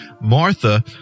Martha